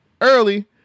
early